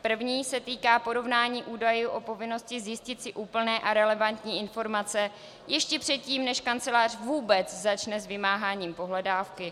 První se týká porovnání údajů o povinnosti zjistit si úplné a relevantní informace ještě předtím, než kancelář vůbec začne s vymáháním pohledávky.